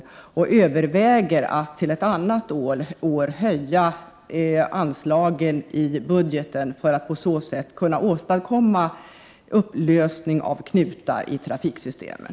Överväger kommunikationsministern att till ett annat år höja anslagen i budgeten för att på så sätt kunna åstadkomma en upplösning av knutar i trafiksystemen?